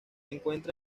encuentra